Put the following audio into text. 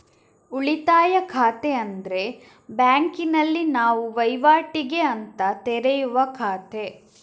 ಉಳಿತಾಯ ಖಾತೆ ಅಂದ್ರೆ ಬ್ಯಾಂಕಿನಲ್ಲಿ ನಾವು ವೈವಾಟಿಗೆ ಅಂತ ತೆರೆಯುವ ಖಾತೆ